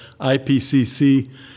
IPCC